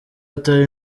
atari